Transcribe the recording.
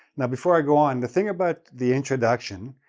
now, before i go on, the thing about the introduction.